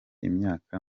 imyaka